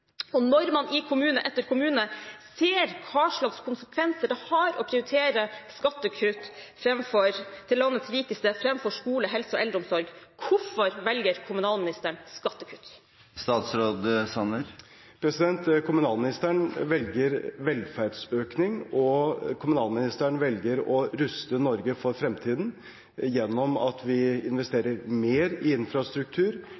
Når man i kommune etter kommune ser hva slags konsekvenser det har å prioritere skattekutt til landets rikeste framfor skole, helse og eldreomsorg, hvorfor velger kommunalministeren skattekutt? Kommunalministeren velger velferdsøkning, og kommunalministeren velger å ruste Norge for fremtiden gjennom at vi